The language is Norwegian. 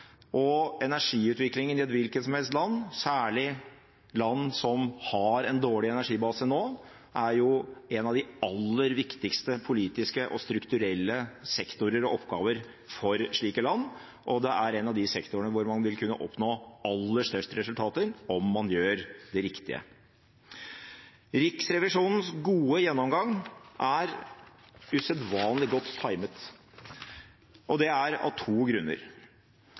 Og energiutviklingen i et hvilket som helst land – særlig land som har en dårlig energibase nå – er en av de aller viktigste politiske og strukturelle sektorer og oppgaver for slike land, og det er en av de sektorene hvor man vil kunne oppnå aller størst resultater om man gjør det riktige. Riksrevisjonens gode gjennomgang er usedvanlig godt timet. Det er av to grunner: